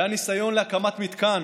היה ניסיון להקמת מתקן